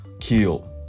Kill